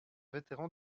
vétéran